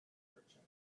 merchant